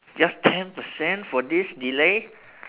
just ten percent for this delay